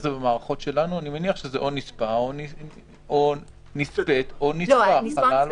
אני מניח שזה נספית או נספה.